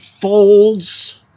folds